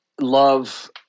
love